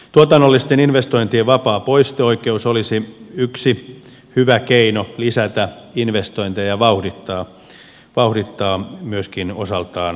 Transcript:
tuotannollisten investointien vapaa poisto oikeus olisi yksi hyvä keino lisätä investointeja ja vauhdittaa myöskin osaltaan kasvua